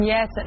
Yes